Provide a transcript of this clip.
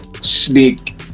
sneak